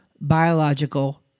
biological